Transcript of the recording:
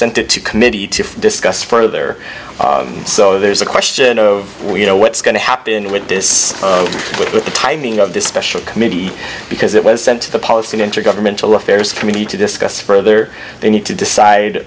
sent it to committee to discuss further so there's a question of you know what's going to happen with this with the timing of this special committee because it was sent to the policy intergovernmental affairs committee to discuss further they need to decide